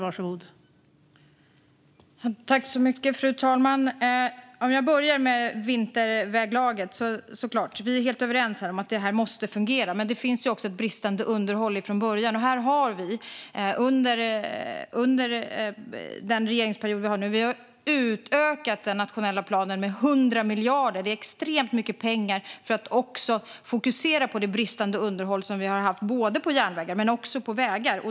Fru talman! Låt mig börja med vinterväglaget. Vi är såklart helt överens om att det här måste fungera. Men det finns också ett bristande underhåll från början. Under denna regeringsperiod har vi utökat den nationella planen med 100 miljarder. Det är extremt mycket pengar, och vi har lagt till dem för att också fokusera på det bristande underhåll vi har haft på både järnvägar och vägar.